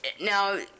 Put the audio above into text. Now